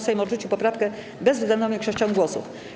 Sejm odrzucił poprawkę bezwzględną większością głosów.